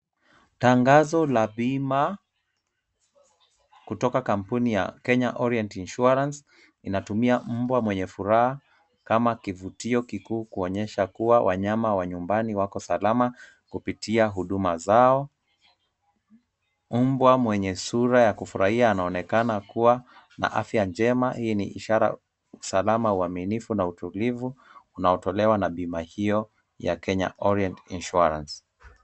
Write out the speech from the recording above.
Tangazo la bima kutoka kampuni ya Kenya Orient Insurance, inatumia mbwa mwenye furaha kama kivutio kikuu kuonyesha kuwa wanyama wa nyumbani wako salama kupitia huduma zao. Mbwa mwenye sura ya kufurahia anaonekana kuwa na afya njema, hii ni ishara salama, uaminifu na utulivu unaotolewa na bima hiyo ya Kenya Orient Insurance.